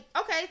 Okay